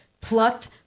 plucked